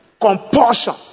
compulsion